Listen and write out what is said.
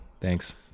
Thanks